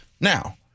Now